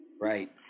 Right